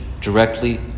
directly